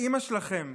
באימא שלכם,